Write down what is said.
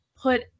put